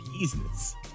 business